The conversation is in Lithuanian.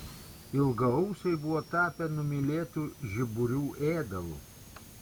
ilgaausiai buvo tapę numylėtu žiburių ėdalu